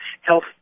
health